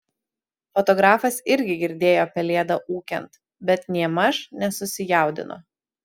fotografas irgi girdėjo pelėdą ūkiant bet nėmaž nesusijaudino